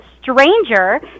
stranger